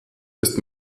ist